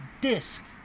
disc